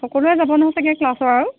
সকলোয়ে যাব নহয় চাগে ক্লাছৰ আৰু